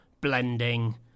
blending